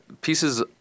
pieces